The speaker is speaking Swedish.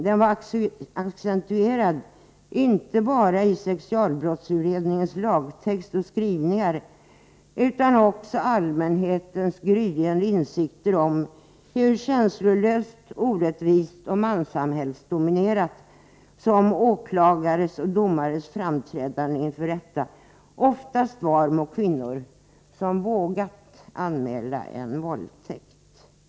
Den var alltså accentuerad inte bara i sexualbrottsutredningens lagtext och skrivningar utan också i allmänhetens gryende insikter om hur känslolösa, orättvisa och manssamhällesdominerade som åklagares och domares framträdanden inför rätta oftast var mot kvinnor som vågat anmäla en våldtäkt.